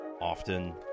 Often